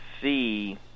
see